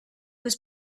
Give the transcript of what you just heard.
was